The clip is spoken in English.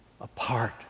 apart